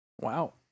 Wow